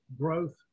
growth